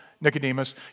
Nicodemus